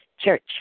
church